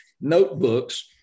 notebooks